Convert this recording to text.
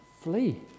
Flee